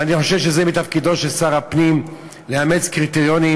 ואני חושב שזה מתפקידו של שר הפנים לאמץ קריטריונים,